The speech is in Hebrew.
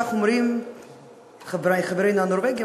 כך אומרים חברינו הנורבגים,